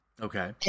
Okay